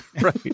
right